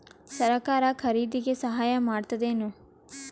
ಸರಕಾರ ಖರೀದಿಗೆ ಸಹಾಯ ಮಾಡ್ತದೇನು?